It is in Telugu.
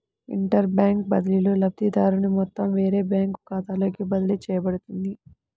ఇంటర్ బ్యాంక్ బదిలీలో, లబ్ధిదారుని మొత్తం వేరే బ్యాంకు ఖాతాలోకి బదిలీ చేయబడుతుంది